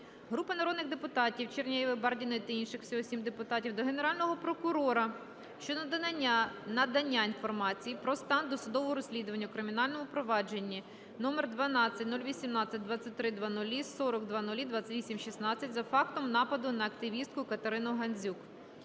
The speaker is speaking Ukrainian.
Групи народних депутатів (Чернєва, Бардіної та інших. Всього 7 депутатів) до Генерального прокурора щодо надання інформації про стан досудового розслідування у кримінальному провадженні №12018230040002816 за фактом нападу на активістку Катерину Гандзюк.